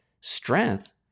strength